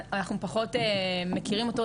אנחנו פחות מכירים אותו,